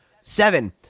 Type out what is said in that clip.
seven